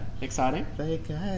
exciting